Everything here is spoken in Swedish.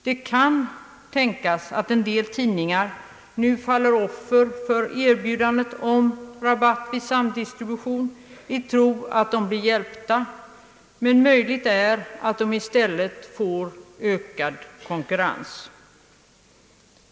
Det kan tänkas att en del tidningar nu faller offer för erbjudandet om rabatt vid samdistribution i tro att de blir hjälpta, men möjligt är att de i stället får ökad konkurrens.